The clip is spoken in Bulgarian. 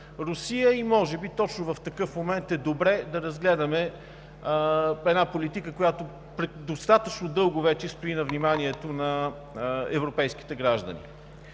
Русия, и може би точно в такъв момент е добре да разгледаме една политика, която достатъчно дълго вече стои на вниманието на европейските граждани.